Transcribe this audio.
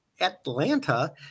Atlanta